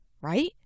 right